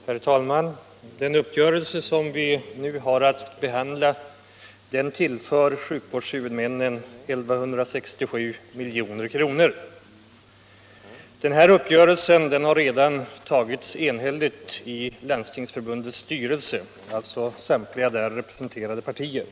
Herr talman! Den uppgörelse som vi nu har att behandla tillför sjukvårdshuvudmännen 1 167 milj.kr. Denna uppgörelse har redan enhälligt antagits av samtliga i Landstingsförbundets styrelse representerade partier.